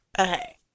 okay